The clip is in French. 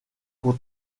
pour